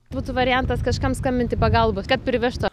būtų variantas kažkam skambinti pagalbos kad privežtų